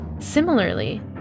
Similarly